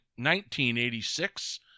1986